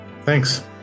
Thanks